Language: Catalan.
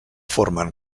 formen